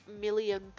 million